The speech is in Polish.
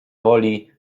woli